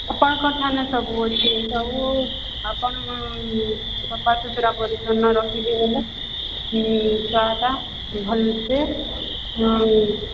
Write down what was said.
କ'ଣ କ'ଣ ଥାନେ ସବୁ ଅଛି ସବୁ ଆପଣ ସଫା ସୁତରା ପରିଚ୍ଛନ୍ନ ରଖିବେ ବୋଲେ ହୁଁ ଛୁଆଟା ଭଲ୍ସେ ହଁ